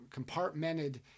Compartmented